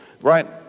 right